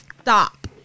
stop